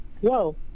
Whoa